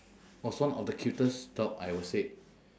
was one of the cutest dog I would say